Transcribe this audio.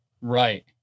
Right